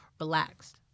relaxed